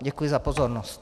Děkuji za pozornost.